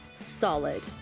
Solid